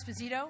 esposito